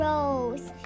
Rose